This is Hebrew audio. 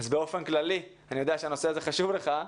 באופן כללי, אני יודע שהנושא הזה חשוב לך.